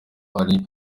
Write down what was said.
ari